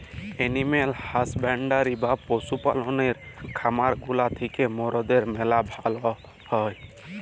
animal husbandry বা পশু পাললের খামার গুলা থ্যাকে মরদের ম্যালা ভাল হ্যয়